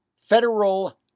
federal